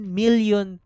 million